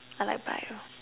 I like Bio